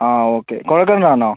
ആ ഓക്കെ കുഴൽ കിണർ ആണോ